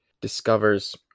discovers